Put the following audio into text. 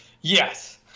Yes